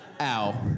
Ow